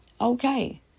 Okay